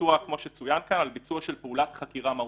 ביצוע של פעולת חקירה מהותית,